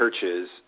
churches